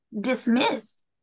dismissed